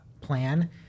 plan